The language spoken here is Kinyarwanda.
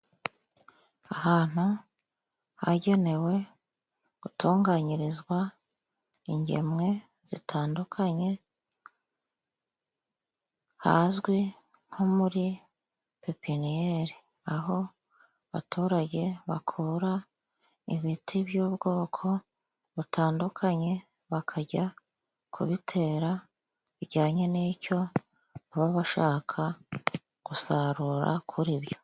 Ahantu hagenewe gutunganyirizwa ingemwe zitandukanye hazwi nko muri pepiniyeri ,aho baturage bakura ibiti by'ubwoko butandukanye bakajya kubitera bijyanye n'icyo baba bashaka gusarura kuri byo.